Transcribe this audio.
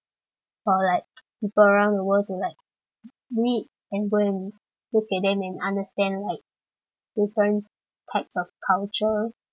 for like people around the world to like read and go and look at them and understand like different types of culture yup